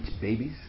babies